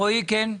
רועי, כן.